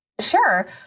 Sure